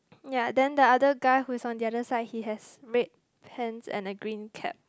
ya then the other guy who is on the other side he has red pants and the green cap